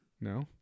No